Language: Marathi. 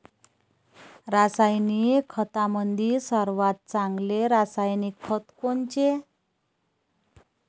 रासायनिक खतामंदी सर्वात चांगले रासायनिक खत कोनचे?